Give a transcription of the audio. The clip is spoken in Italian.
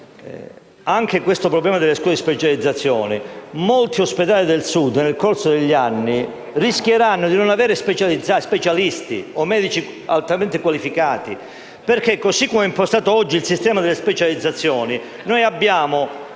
sempre a proposito delle scuole di specializzazione: molti ospedali del Sud, nel corso degli anni, rischiano di non avere specialisti o medici altamente qualificati perché, per come è impostato oggi il sistema delle specializzazioni, gli studenti